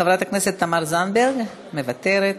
חברת הכנסת תמר זנדברג, מוותרת.